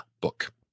book